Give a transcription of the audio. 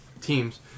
teams